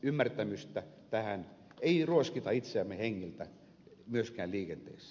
ymmärtämystä tähän ei ruoskita itseämme hengiltä myöskään liikenteessä